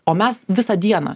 o mes visą dieną